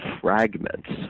fragments